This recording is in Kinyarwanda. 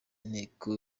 inteko